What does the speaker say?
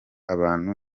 abantu